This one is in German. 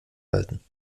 halten